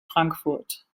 frankfurt